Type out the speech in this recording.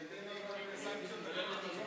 כרגע אנחנו מצביעים על הסתייגות מס' 3. בבקשה.